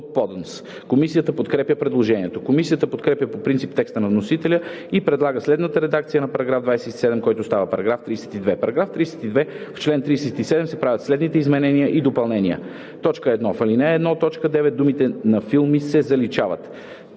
Комисията подкрепя предложението. Комисията подкрепя по принцип текста на вносителя и предлага следната редакция за § 27, който става § 32: „§ 32. В чл. 37 се правят следните изменения и допълнения: 1. В ал. 1, т. 9 думите „на филми“ се заличават.